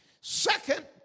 Second